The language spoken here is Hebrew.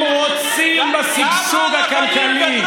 הם רוצים בשגשוג הכלכלי,